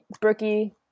brookie